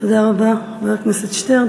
תודה רבה, חבר הכנסת שטרן.